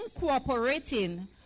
cooperating